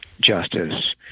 justice